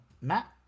Matt